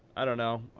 i don't know.